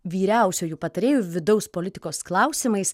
vyriausiuoju patarėju vidaus politikos klausimais